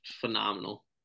phenomenal